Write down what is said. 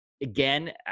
again